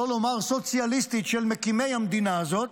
שלא נאמר סוציאליסטית של מקימי המדינה הזאת,